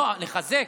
לא, לחזק.